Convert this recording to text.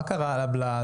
מה קרה להם?